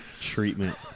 treatment